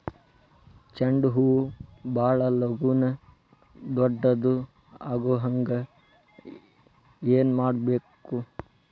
ಚಂಡ ಹೂ ಭಾಳ ಲಗೂನ ದೊಡ್ಡದು ಆಗುಹಂಗ್ ಏನ್ ಮಾಡ್ಬೇಕು?